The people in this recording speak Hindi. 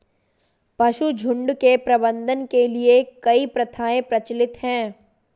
पशुझुण्ड के प्रबंधन के लिए कई प्रथाएं प्रचलित हैं